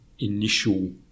initial